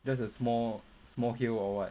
just a small small hill or what